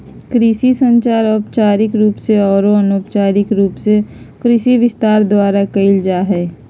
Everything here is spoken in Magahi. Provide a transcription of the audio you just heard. कृषि संचार औपचारिक रूप से आरो अनौपचारिक रूप से कृषि विस्तार द्वारा कयल जा हइ